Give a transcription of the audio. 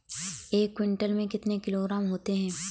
एक क्विंटल में कितने किलोग्राम होते हैं?